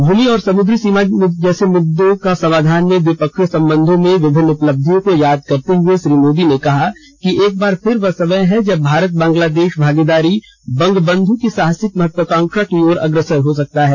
भूमि और समुद्री सीमा मुद्दों जैसे समाधान में द्विपक्षीय संबंधों में विभिन्न उपलब्धियों को याद करते हुए श्री मोदी ने कहा कि एक बार फिर वह समय है जब भारत बांग्लादेश भागीदारी बंगबंधु की साहसिक महत्वाकांक्षा की ओर अग्रसर हो सकता है